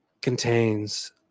contains